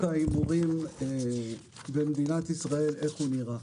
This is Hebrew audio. ההימורים במדינת ישראל ואיך הוא נראה.